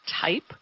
type